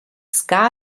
ska